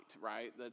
right